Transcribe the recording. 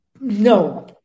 No